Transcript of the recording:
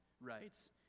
writes